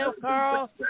Carl